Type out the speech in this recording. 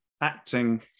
acting